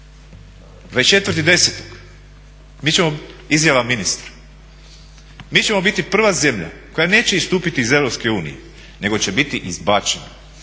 slava i hvala! 24.10. izjava ministra: "Mi ćemo biti prva zemlja koja neće istupiti iz EU nego će biti izbačena.